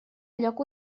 lloc